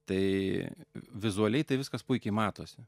tai vizualiai tai viskas puikiai matosi